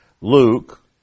Luke